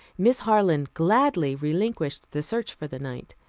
miss harland gladly relinquished the search for the night,